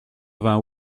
vingt